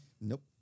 Nope